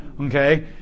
Okay